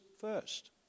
first